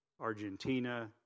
Argentina